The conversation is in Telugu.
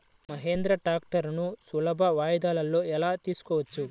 మహీంద్రా ట్రాక్టర్లను సులభ వాయిదాలలో ఎలా తీసుకోవచ్చు?